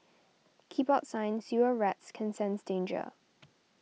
keep out sign Sewer rats can sense danger